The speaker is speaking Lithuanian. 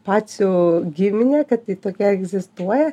pacių gimine kad ji tokia egzistuoja